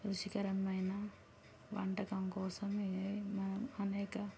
రుచికరమైన వంటకం కోసం ఇవి అనేక